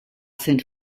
sent